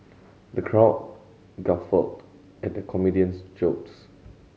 the crowd guffawed at the comedian's jokes